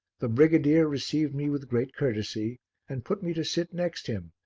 the brigadier received me with great courtesy and put me to sit next him,